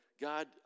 God